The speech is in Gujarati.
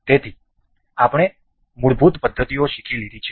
તેથી આપણે મૂળભૂત પદ્ધતિઓ શીખી લીધી છે